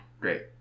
great